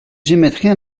j’émettrais